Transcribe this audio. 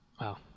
Wow